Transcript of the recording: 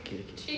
okay